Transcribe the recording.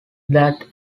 that